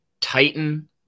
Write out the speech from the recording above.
Titan